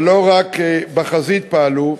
אבל לא רק בחזית פעלו,